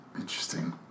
Interesting